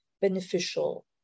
beneficial